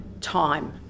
time